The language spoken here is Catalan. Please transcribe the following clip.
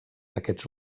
aquests